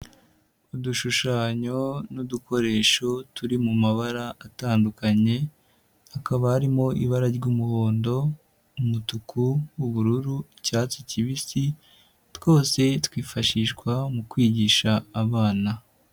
Udushushanyo n'udukoresho turi mu mabara atandukanye, hakaba harimo ibara ry'umuhondo, umutuku, ubururu, icyatsi kibisi, twose twifashishwa mu kwigisha abana.